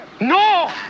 No